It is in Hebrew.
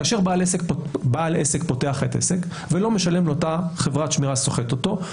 כאשר בעל עסק פותח את העסק ולא משלם לאותה חברת שמירה שסוחטת אותו,